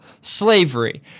slavery